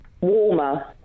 warmer